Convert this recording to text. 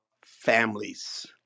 families